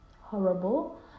horrible